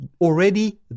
already